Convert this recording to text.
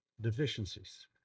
Deficiencies